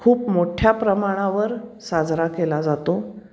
खूप मोठ्या प्रमाणावर साजरा केला जातो